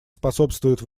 способствует